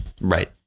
Right